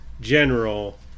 general